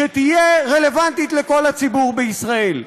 שתהיה רלוונטית לכל הציבור בישראל.